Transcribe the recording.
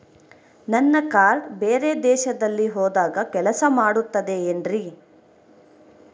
ನನ್ನ ಕಾರ್ಡ್ಸ್ ಬೇರೆ ದೇಶದಲ್ಲಿ ಹೋದಾಗ ಕೆಲಸ ಮಾಡುತ್ತದೆ ಏನ್ರಿ?